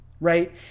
Right